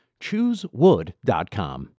Choosewood.com